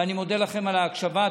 אני מודה לכם על ההקשבה.